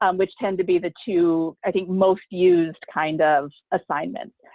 um which tend to be the two i think most used kind of assignments,